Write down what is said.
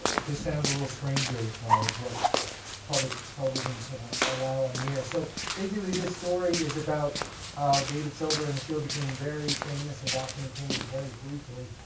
this sounds a little stranger of what public television can ah allow on the air. so basically, this story is about how david silver and the show became very famous in boston and cambridge very briefly,